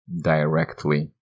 directly